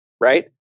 right